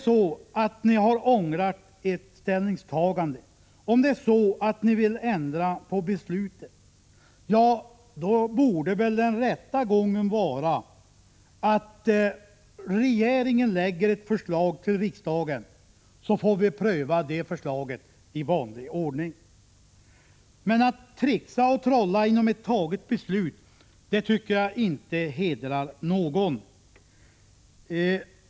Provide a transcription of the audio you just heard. Har ni ångrat ert ställningstagande och vill ni ändra på beslutet, ja, då borde den rätta gången vara att regeringen framlägger ett förslag till riksdagen så får vi pröva det i vanlig ordning. Men att trixa och trolla inom ett taget beslut hedrar inte någon.